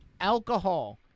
alcohol